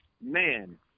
man